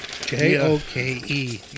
J-O-K-E